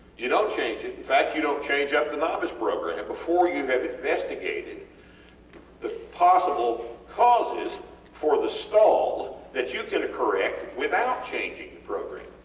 you dont change it in fact you dont change up the novice program, before you have investigated the possible causes for the stall that you can correct without changing the and program,